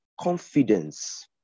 confidence